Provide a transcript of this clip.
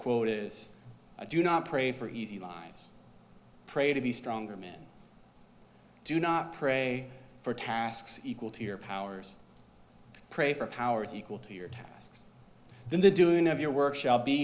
quote is do not pray for easy lives pray to be stronger men do not pray for tasks equal to your powers pray for powers equal to your tasks in the doing of your work shall be